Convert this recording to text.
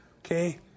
Okay